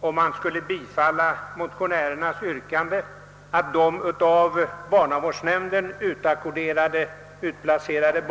Om man skulle bifalla motionärernas yrkande, skulle hemkommunen bestrida kostnaderna för de barn som utplacerats av